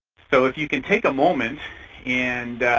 so if you can take a moment and